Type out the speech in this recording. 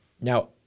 now